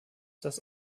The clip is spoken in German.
das